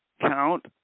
count